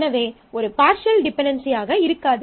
எனவே ஒரு பார்ஷியல் டிபென்டென்சியாக இருக்காது